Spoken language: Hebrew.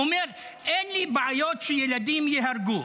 אומר: אין לי בעיות שילדים ייהרגו,